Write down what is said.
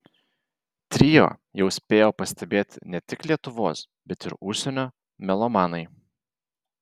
trio jau spėjo pastebėti ne tik lietuvos bet ir užsienio melomanai